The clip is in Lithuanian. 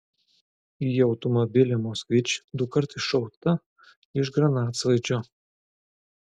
į automobilį moskvič dukart iššauta iš granatsvaidžio